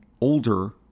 older